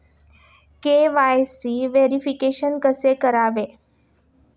KYC verification कसे करावे?